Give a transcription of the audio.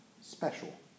special